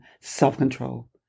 self-control